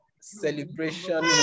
celebration